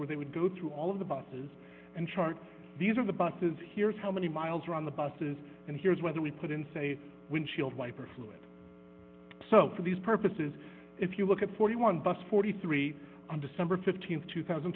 where they would go through all of the buses and chart these are the buses here's how many miles are on the buses and here is whether we put in say when shield wiper fluid so for these purposes if you look at forty one bus forty three under some are th two thousand